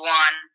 one